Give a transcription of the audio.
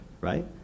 right